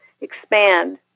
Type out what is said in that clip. expand